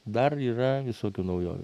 dar yra visokių naujovių